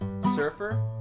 surfer